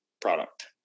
product